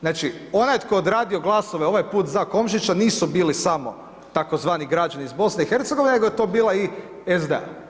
Znači, onaj tko je odradio glasove, ovaj put za Komšića, nisu bili samo tzv. građani iz BIH nego je to bila i SDA.